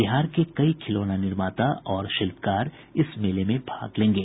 बिहार के कई खिलौना निर्माता और शिल्पकार इस मेले में भाग लेंगे